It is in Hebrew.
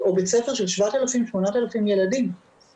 כדי שנוכל להמשיך ללמד את הילדים.